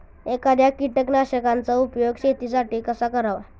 एखाद्या कीटकनाशकांचा उपयोग शेतीसाठी कसा करावा?